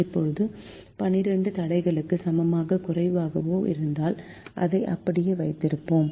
இப்போது 12 தடைகளுக்கு சமமாக குறைவாக இருந்தால் அதை அப்படியே வைத்திருப்போம்